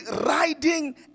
riding